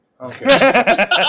Okay